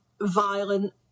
violent